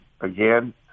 again